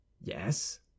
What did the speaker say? yes